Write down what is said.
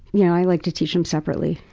yeah i like to teach them separately.